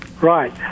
Right